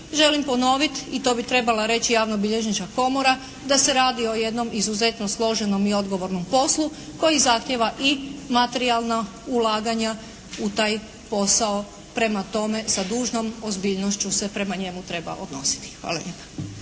Želim ponoviti i to bi trebala reći Javnobilježnička komora da se radi o jednom izuzetno složenom i odgovornom poslu koji zahtijeva i materijalna ulaganja u taj posao. Prema tome sa dužnom ozbiljnošću se prema njemu treba odnositi. Hvala lijepa.